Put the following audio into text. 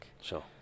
sure